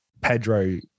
Pedro